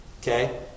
Okay